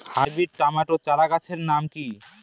Hybrid tomato চারাগাছের নাম কি?